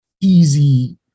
easy